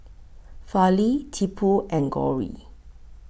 Fali Tipu and Gauri